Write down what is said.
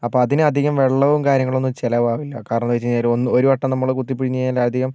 അപ്പോൾ അതിനു അധികം വെള്ളവും കാര്യങ്ങളൊന്നും ചിലവാവില്ല കാരണെന്താ വെച്ചു കഴിഞ്ഞാൽ ഒരു വട്ടം നമ്മൾ കുത്തിപ്പിഴിഞ്ഞ് കഴിഞാൽ അധികം